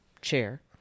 chair